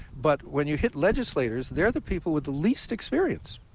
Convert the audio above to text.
but when you hit legislators, they're the people with the least experience.